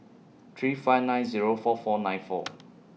three five nine Zero four four nine four